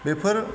बेफोर